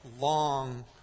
long